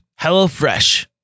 HelloFresh